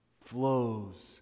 flows